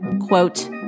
quote